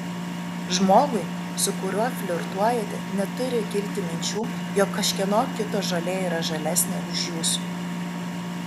žmogui su kuriuo flirtuojate neturi kilti minčių jog kažkieno kito žolė yra žalesnė už jūsų